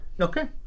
Okay